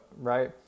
right